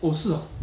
oh 是啊